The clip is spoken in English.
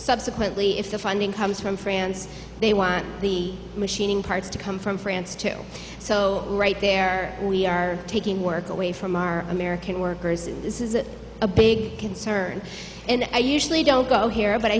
subsequently if the funding comes from france they want the parts to come from france too so right there we are taking work away from our american workers and this is a big concern and i usually don't go here but i